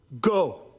Go